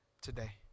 today